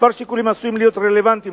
כמה שיקולים עשויים להיות רלוונטיים